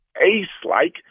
ace-like